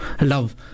love